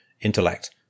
intellect